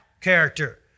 character